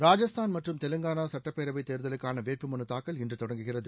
ராஜஸ்தான் மற்றும் தெலுங்கானா சட்டப்பேரவை தேர்தலுக்கான வேட்பு மனு தாக்கல் இன்று தொடங்குகிறது